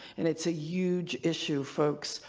and it's a huge issue folks.